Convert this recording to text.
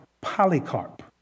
Polycarp